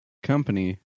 company